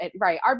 right